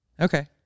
Okay